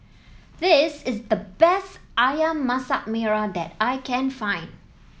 this is the best ayam Masak Merah that I can find